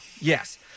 Yes